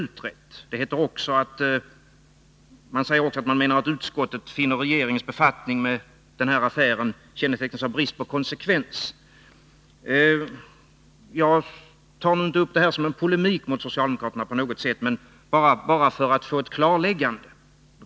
Utskottet säger också att det finner att regeringens befattning med den här affären kännetecknas av brist på konsekvens. Jag tar inte upp det här för att polemisera mot socialdemokraterna utan bara för att få ett klarläggande.